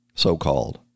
so-called